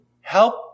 help